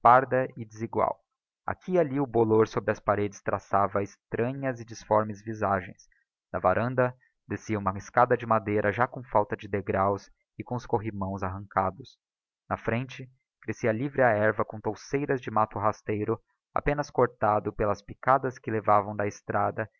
parda e desegual aqui e alli o bolor sobre as paredes traçava extranhas e disformes visagens da varanda descia uma escada de madeira já com falta de degráos e com os corrimãos arrancados na frente crescia livre a herva com touceiras de matto rasteiro apenas cortado pelas picadas que levavam da estrada